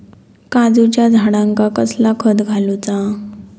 काजूच्या झाडांका कसला खत घालूचा?